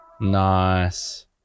nice